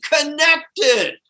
connected